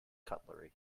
cutlery